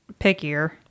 pickier